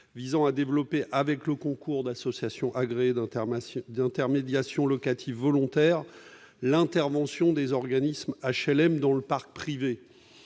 visant à développer, avec le concours d'associations agréées d'intermédiation locative volontaires, l'intervention des organismes d'HLM dans le parc privé.